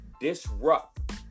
disrupt